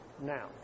now